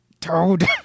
Toad